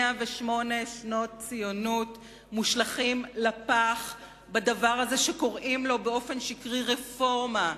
108 שנות ציונות מושלכות לפח בדבר הזה שקוראים לו באופן שקרי רפורמה.